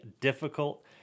difficult